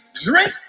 Drink